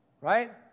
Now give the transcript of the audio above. Right